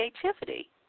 creativity